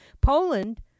Poland